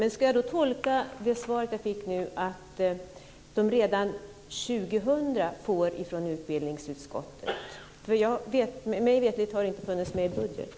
Men ska jag tolka det svar jag fick som att man redan år 2000 får medel från utbildningsutskottet? Mig veterligt har detta inte funnits med i budgeten.